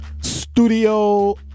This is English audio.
Studio